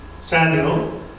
Samuel